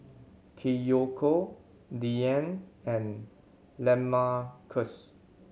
Kiyoko Diann and Lamarcus